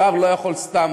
שר לא יכול סתם,